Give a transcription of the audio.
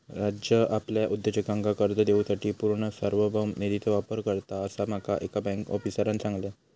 राज्य आपल्या उद्योजकांका कर्ज देवूसाठी पूर्ण सार्वभौम निधीचो वापर करता, असा माका एका बँक आफीसरांन सांगल्यान